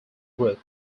group